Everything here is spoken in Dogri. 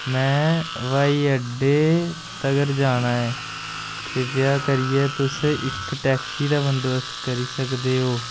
में ब्हाई अड्डे तगर जाना ऐ किरपेआ करियै तुस इक टैक्सी दा बंदोबस्त करी सकदे ओ